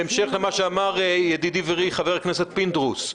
בהמשך למה שאמר ידידי ורעי חבר הכנסת פינדרוס,